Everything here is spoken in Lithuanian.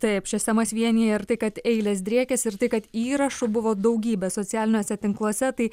taip šias temas vienija ir tai kad eilės driekiasi ir tai kad įrašų buvo daugybė socialiniuose tinkluose tai